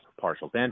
partial